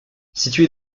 situé